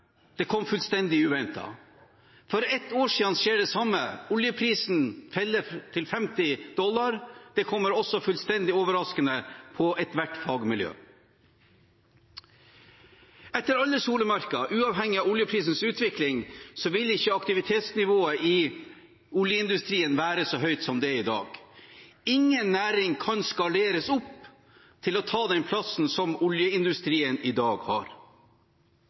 det kom fullstendig uventet. For ett år siden skjedde det samme, oljeprisen falt til 50 dollar – det kom også fullstendig overraskende på ethvert fagmiljø. Etter alle solemerker, uavhengig av oljeprisens utvikling, vil ikke aktivitetsnivået i oljeindustrien være så høyt som det er i dag. Ingen næring kan skaleres opp til å ta den plassen som oljeindustrien i dag har.